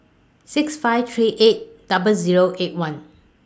six five three eight double Zero eight one